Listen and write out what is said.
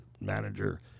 manager